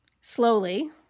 Slowly